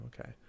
Okay